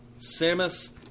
Samus